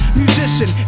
musician